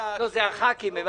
--- לא, זה הח"כים.